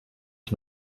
ich